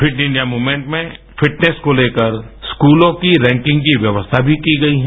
fit India movement में fitness को लेकर स्कूलों की रैंकिंग की व्यवस्था भी की गई हैं